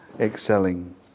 Excelling